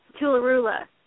Tularula